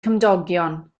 cymdogion